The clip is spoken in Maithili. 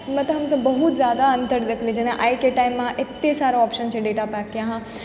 मे तऽ हम सब बहुत जादा अन्तर देखलियै जेना आइके टाइममे अते सारा ऑप्शन छै डेटा पैकके अहाँ